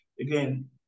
Again